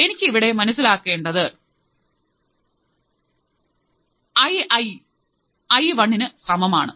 എനിക്ക് ഇവിടെ മനസ്സിലാക്കേണ്ടത് ഐഐ ഐ എഫ് എന്നിവ സമമാണ്